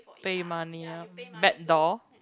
pay money ah back door